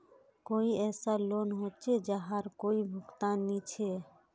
कोई ऐसा लोन होचे जहार कोई भुगतान नी छे?